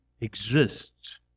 exists